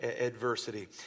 adversity